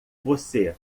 você